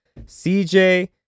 CJ